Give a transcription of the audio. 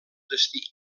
destí